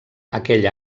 aquell